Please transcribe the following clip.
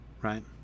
right